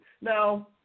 now